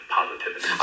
positivity